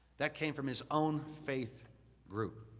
that came from his own faith group,